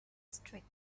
strict